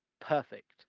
perfect